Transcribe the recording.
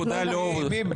הנקודה לא הובהרה.